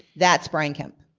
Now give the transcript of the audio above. that's brian kemp.